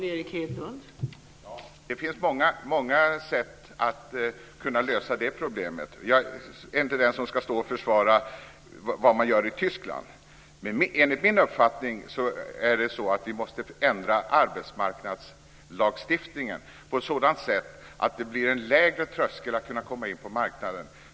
Fru talman! Det finns många sätt att lösa det problemet. Jag är inte den som ska stå och försvara vad man gör i Tyskland. Enligt min uppfattning är det så att vi måste ändra arbetsmarknadslagstiftningen på ett sådant sätt att det blir en lägre tröskel för den som vill komma in på marknaden.